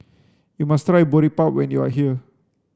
You must try Boribap when you are here